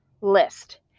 list